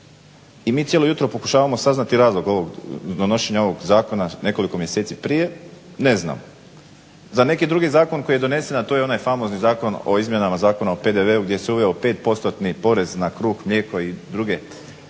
I mi cijelo jutro pokušavamo saznati razlog donošenja ovog zakona nekoliko mjeseci prije. Ne znam za neki drugi zakon koji je donesen,a to je onaj famozni zakon o izmjenama Zakona o PDV-u gdje se uveo 5%-ni porez na kruh, mlijeko i druge